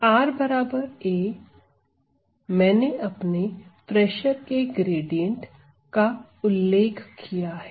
r बराबर a मैंने अपने प्रेशर के ग्रेडियंट का उल्लेख किया है